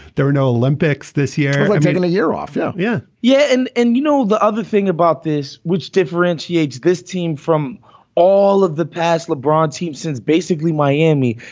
there are no olympics this year like taking a year off yeah, yeah, yeah. and and you know, the other thing about this, which differentiates this team from all of the past lebron's teams since basically miami,